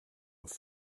have